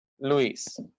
Luis